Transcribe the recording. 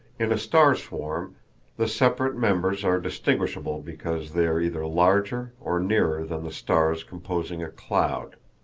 in a star-swarm the separate members are distinguishable because they are either larger or nearer than the stars composing a cloud